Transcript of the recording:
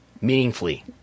meaningfully